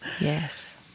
Yes